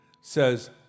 Says